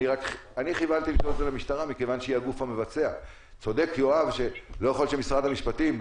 הנתונים לגבי חולים מקבלים מקופות החולים וממקורות משרד הבריאות.